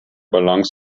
balance